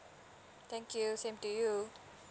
thank you same to you